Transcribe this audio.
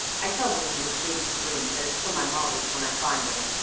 i tell the woman who cleans the room that it's for my models when i find em.